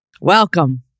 Welcome